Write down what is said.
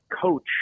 coach